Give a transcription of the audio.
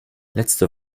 letzte